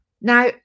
Now